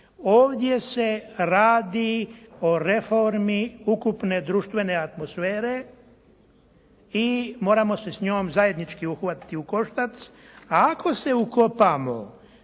Ovdje se radi o reformi ukupne društvene atmosfere i moramo se s njom zajednički uhvatiti u koštac, a ako se ukopamo